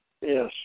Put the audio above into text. Yes